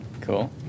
Cool